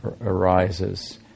arises